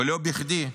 ולא בכדי,